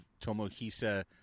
Tomohisa